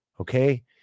okay